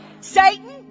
Satan